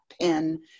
pen